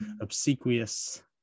obsequious